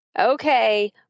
Okay